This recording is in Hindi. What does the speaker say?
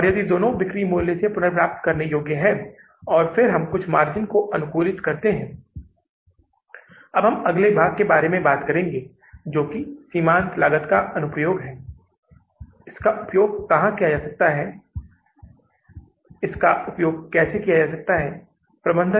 यदि आप नकद के संदर्भ में कुल प्राप्तियों और भुगतानों की तुलना करते हैं तो हमने वहां पाया है कि हमारे भुगतान आप कह सकते हैं कि जो हमने संग्रह प्राप्त किया है उससे अतिरिक्त से अधिक हैं